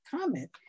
comment